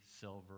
silver